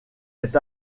est